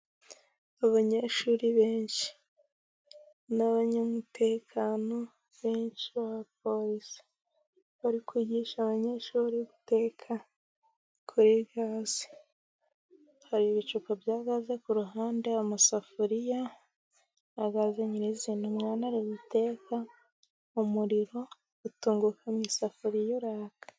Abanyeshuri benshi, n'abanyamutekano benshi baba polisi bari kwigisha abanyeshuri guteka kuri gaze, hari ibicupa bya gaze kuhande amasafuriya na agaze nyir'izina, umwana ari guteka, umuriro utunguka mu isafuriya uraka.